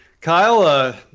Kyle